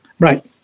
Right